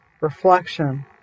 reflection